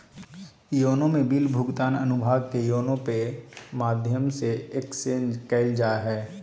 YONO में bill भुगतान अनुभाग के योनो पे के माध्यम से एक्सेस कइल जा हइ